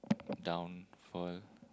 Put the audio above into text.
downfall